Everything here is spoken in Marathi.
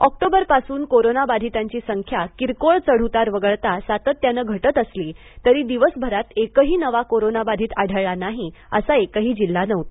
आक्टोबरपासून कोरोना बाधितांची संख्या किरकोळ चढउतार वगळता सातत्यानं घटत असली तरी दिवसभरात एकही नवा कोरोना बाधित आढळला नाही असा एकही जिल्हा नव्हता